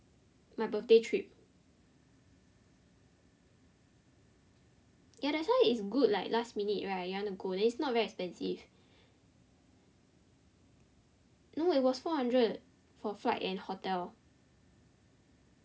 my birthday trip ya that's why it's good like last minute right you want to go then it's not very expensive no it was four hundred for flight and hotel